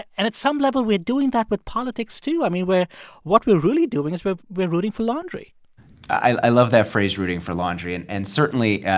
and at some level, we're doing that with politics, too. i mean, we're what we're really doing is we're we're rooting for laundry i love that phrase rooting for laundry. and and certainly,